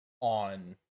on